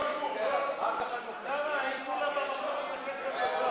כהצעת הוועדה,